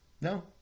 No